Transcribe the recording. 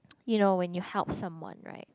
you know when you help someone right